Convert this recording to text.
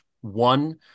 one